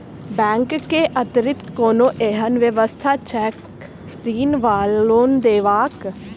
Bank केँ अतिरिक्त कोनो एहन व्यवस्था छैक ऋण वा लोनदेवाक?